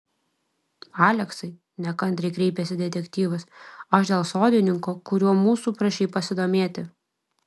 aleksai nekantriai kreipėsi detektyvas aš dėl sodininko kuriuo mūsų prašei pasidomėti